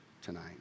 tonight